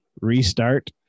restart